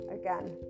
again